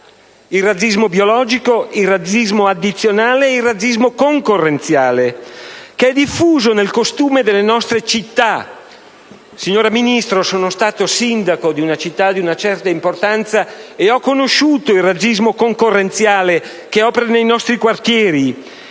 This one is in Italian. il razzismo biologico, il razzismo addizionale e il razzismo concorrenziale, che è diffuso nel costume delle nostre città. Signora Ministro, sono stato sindaco di una città di una certa importanza e ho conosciuto il razzismo concorrenziale che opera nei nostri quartieri.